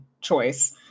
choice